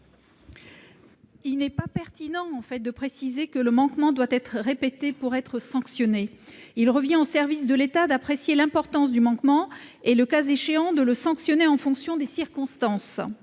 Il n'est pas pertinent de préciser que le manquement doit être répété pour être sanctionné. Il revient aux services de l'État d'apprécier l'importance du manquement et, le cas échéant, de le sanctionner en fonction des circonstances.